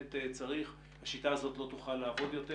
לא מגיע ל --- בטווח הטיפה היותר ארוך,